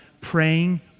praying